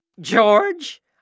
George